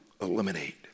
eliminate